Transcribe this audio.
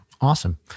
Awesome